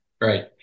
right